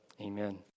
Amen